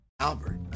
albert